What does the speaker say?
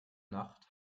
nacht